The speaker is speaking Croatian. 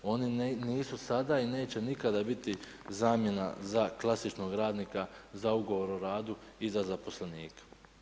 Oni nisu sada i ne će nikada biti zamjena za klasičnog radnika za ugovor o radu i za zaposlenika.